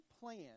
plan